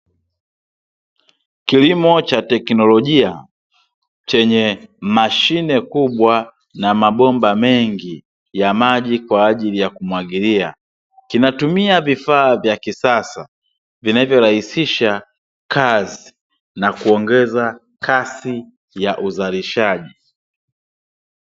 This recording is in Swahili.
Kilimo cha teknolojia chenye mashine kubwa na mabomba mengi ya maji kwa ajili ya kumwagilia. Kinatumia vifaa vya kisasa, vinavyorahisisha kazi na kuongeza kasi ya uzalishaji.